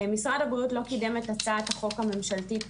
משרד הבריאות לא קידם את הצעת החוק הממשלתית